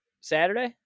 Saturday